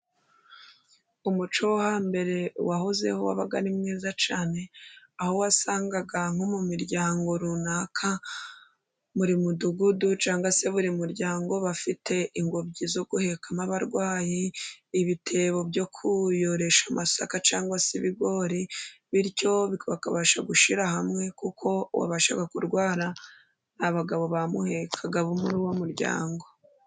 Umuco wo hambere wahozeho wabaga ari mwiza cyane, aho wasangaga nko mu miryango runaka, buri mudugudu cyangwa se buri muryango bafite ingobyi zo guhekamo abarwayi, ibitebo byo kuyoresha amasaka cyangwa se ibigori, bityo bakabasha gushyira hamwe kuko uwabashaga kurwara, ni abagabo bamuhekaga bo muri uwo muryango.